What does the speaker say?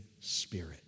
spirit